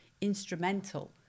instrumental